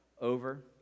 over